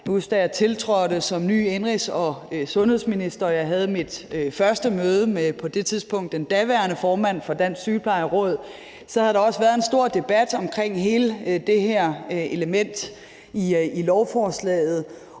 kan huske, at da jeg tiltrådte som indenrigs- og sundhedsminister og jeg havde mit første møde med den daværende formand for Dansk Sygeplejeråd, havde der også været en stor debat omkring hele det her element i lovforslaget,